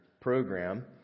program